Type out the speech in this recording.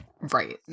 Right